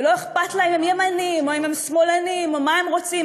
ולא אכפת לה אם הם ימנים או אם שמאלנים או מה הם רוצים,